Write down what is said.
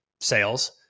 sales